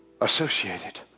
Associated